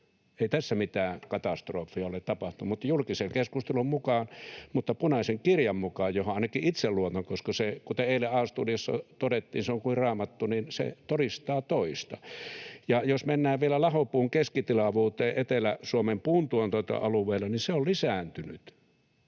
ei tässä mitään katastrofia ole tapahtunut, vaikka julkisen keskustelun mukaan on. Punainen kirja, johon ainakin itse luotan, koska se, kuten eilen A-studiossa todettiin, on kuin Raamattu, todistaa toista. Ja jos mennään vielä lahopuun keskitilavuuteen Etelä-Suomen puuntuotantoalueella, niin se on lisääntynyt.